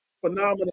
phenomenal